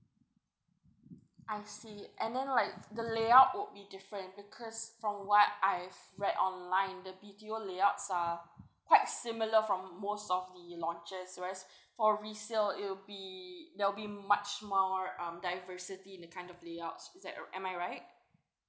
I see and then like the layout would be different because from what I've read online the B_T_O layouts are quite similar from most or the launches whereas for resale it'll be there'll be much more um diversity in the kind of layout is that am I right